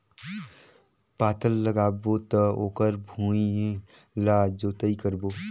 पातल लगाबो त ओकर भुईं ला जोतई करबो?